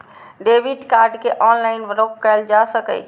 debit card कें online block कैल जा सकैए